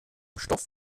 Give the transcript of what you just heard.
stoff